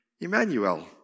Emmanuel